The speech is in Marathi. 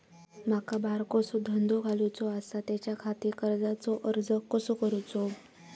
माका बारकोसो धंदो घालुचो आसा त्याच्याखाती कर्जाचो अर्ज कसो करूचो?